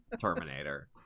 terminator